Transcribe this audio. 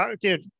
dude